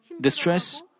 distress